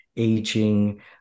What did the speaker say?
aging